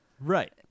Right